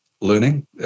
learning